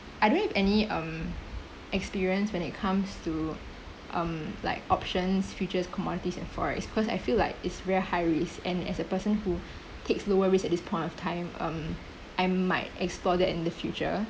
I don't have any um experience when it comes to um like options features commodities and forex because I feel like it's very high risk and as a person who takes lower risk at this point of time um I might explore that in the future